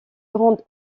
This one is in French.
grandes